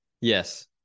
Yes